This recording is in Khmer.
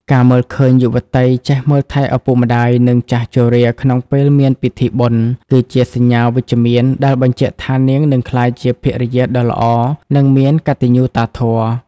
ការមើលឃើញយុវតីចេះមើលថែឪពុកម្ដាយ និងចាស់ជរាក្នុងពេលមានពិធីបុណ្យ គឺជាសញ្ញាវិជ្ជមានដែលបញ្ជាក់ថានាងនឹងក្លាយជាភរិយាដ៏ល្អ និងមានកតញ្ញូតាធម៌។